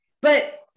but-